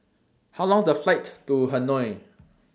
How Long IS The Flight to Hanoi